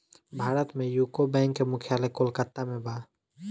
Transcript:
भारत में यूको बैंक के मुख्यालय कोलकाता में बा